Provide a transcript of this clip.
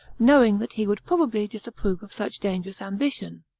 knowing that he would probably disapprove of such dangerous ambition.